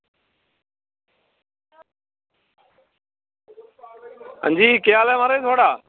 अंजी केह् हाल ऐ म्हाराज थुआढ़ा